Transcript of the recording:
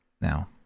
Now